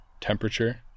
temperature